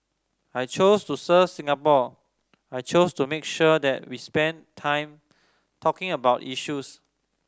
I chose to serve Singapore I chose to make sure that we spend time talking about issues